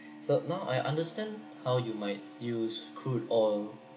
so now I understand how you might use crude oil